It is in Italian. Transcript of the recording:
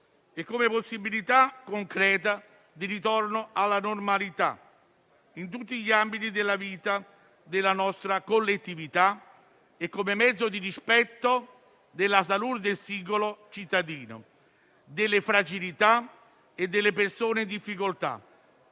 come possibilità concreta di ritorno alla normalità in tutti gli ambiti della vita della nostra collettività e come mezzo di rispetto della salute del singolo cittadino, delle fragilità e delle persone in difficoltà.